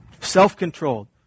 Self-controlled